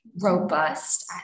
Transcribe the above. robust